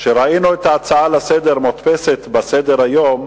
היא שראינו את ההצעה לסדר-היום מודפסת בסדר-היום,